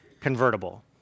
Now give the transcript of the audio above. convertible